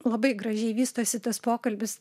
labai gražiai vystosi tas pokalbis